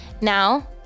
Now